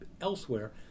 elsewhere